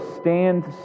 stand